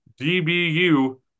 DBU